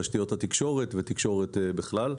תשתיות התקשורת ותקשורת בכלל.